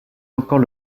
encore